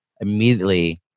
immediately